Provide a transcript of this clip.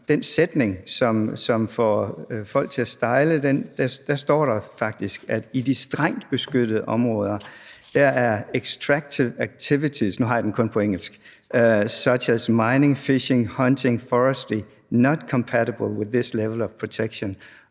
den sætning, som får folk til at stejle, står der faktisk, at i de strengt beskyttede områder – og nu har jeg den kun på engelsk: »Extractive activities, such as mining, fishing, hunting, forestry, are not compatible with this level of protection.«